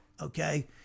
okay